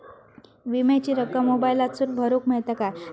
विमाची रक्कम मोबाईलातसून भरुक मेळता काय?